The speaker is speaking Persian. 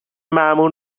مامور